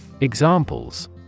Examples